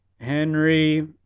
Henry